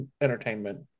entertainment